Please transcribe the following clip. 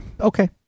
Okay